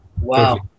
Wow